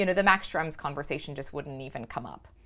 you know the max schrems conversation just wouldn't even come up.